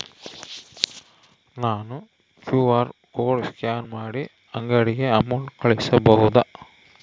ನಾನು QR code scan ಮಾಡಿ ಅಂಗಡಿಗೆ ಅಮೌಂಟ್ ಕಳಿಸಬಹುದಾ?